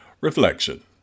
Reflection